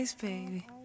Baby